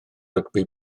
rygbi